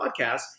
podcast